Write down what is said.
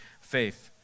faith